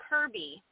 Kirby